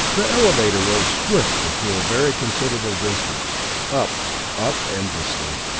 the elevator rose swiftly through a very considerable distance up up, endlessly.